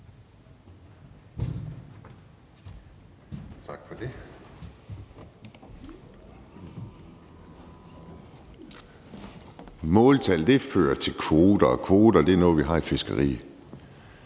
Tak for det. Måltal fører til kvoter, og kvoter er noget, vi har i fiskeriet.